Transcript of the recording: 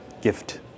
gift